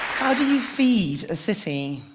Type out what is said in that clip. how do you feed a city?